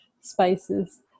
spices